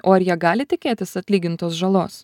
o ar jie gali tikėtis atlygintos žalos